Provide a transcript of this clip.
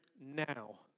now